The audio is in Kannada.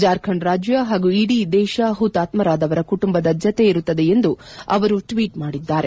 ಜಾಖರ್ಂಡ್ ರಾಜ್ಯ ಹಾಗೂ ಇಡೀ ದೇಶ ಹುತಾತ್ಸರಾದವರ ಕುಟುಂಬದ ಜತೆ ಇರುತ್ತದೆ ಎಂದು ಅವರು ಟ್ವೀಟ್ ಮಾಡಿದ್ದಾರೆ